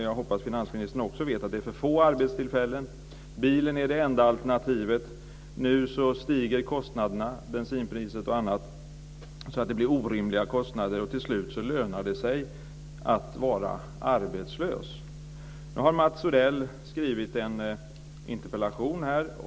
Jag hoppas att finansministern också vet att det är för få arbetstillfällen och att bilen är det enda alternativet. Nu stiger kostnaderna, bensinpriset och annat. Det blir orimliga kostnader, och till slut lönar det sig att vara arbetslös. Mats Odell har skrivit en interpellation.